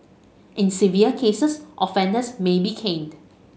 in severe cases offenders may be caned